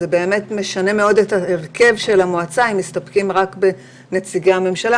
זה באמת משנה מאוד את הרכב המועצה אם מסתפקים רק בנציגי הממשלה,